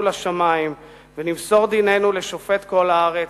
לשמים ונמסור דיננו לשופט כל הארץ,